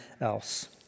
else